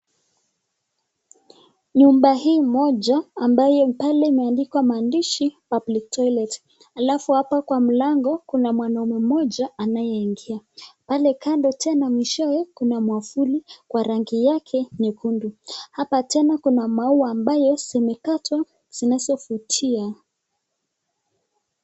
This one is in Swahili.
Nyumba hii moja ambaye pale imeandikwa maandishi public toilet alafu pale mlango kuna mwanaume moja anayeingia pale kando tena mwishowe kuna mwafuli kwa rangi yake nyekundu hapa tena kuna maua ambaye zimekatwa zinazifutia.